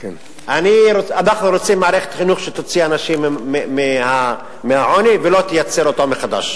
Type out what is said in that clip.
אנחנו רוצים מערכת חינוך שתוציא אנשים מהעוני ולא תייצר אותו מחדש.